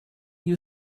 you